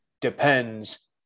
depends